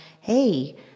hey